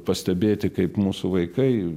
pastebėti kaip mūsų vaikai